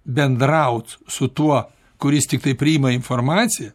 bendraut su tuo kuris tiktai priima informaciją